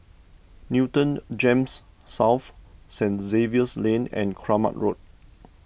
Newton Gems South Saint Xavier's Lane and Kramat Road